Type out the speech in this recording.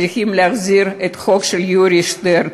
צריכים להחזיר את החוק של יורי שטרן,